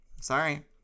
Sorry